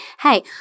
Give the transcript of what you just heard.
hey